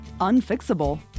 unfixable